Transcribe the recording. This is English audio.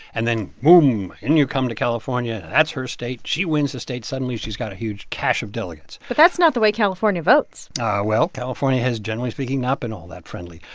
and then, boom, in you come to california. that's her state. she wins the state. suddenly she's got a huge cache of delegates but that's not the way california votes well, california has, generally speaking, not been all that friendly.